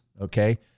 Okay